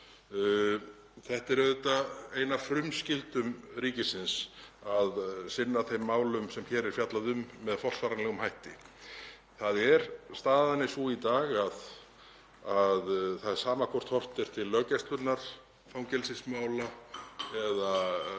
Það er auðvitað ein af frumskyldum ríkisins að sinna þeim málum sem hér er fjallað um með forsvaranlegum hætti. Staðan er sú í dag að það er sama hvort horft er til löggæslunnar, fangelsismála eða